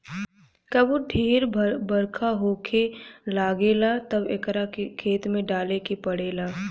कबो ढेर बरखा होखे लागेला तब एकरा के खेत में डाले के पड़ेला